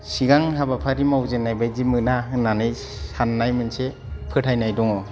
सिगां हाबाफारि मावजेननाय बादि मोना होननानै साननाय मोनसे फोथायनाय दङ